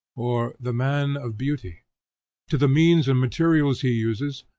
or the man of beauty to the means and materials he uses,